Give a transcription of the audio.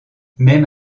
même